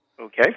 Okay